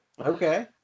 Okay